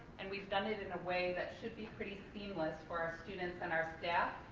and we've done it in a way that should be pretty seamless for our students and our staff,